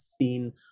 seen